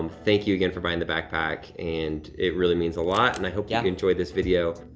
um thank you again for buying the backpack and it really means a lot. and i hope yeah you enjoyed this video.